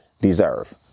deserve